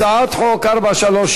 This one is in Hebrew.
הצעת חוק פ/430,